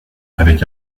avec